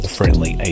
Friendly